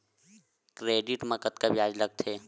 Credit मा कतका ब्याज लगथे?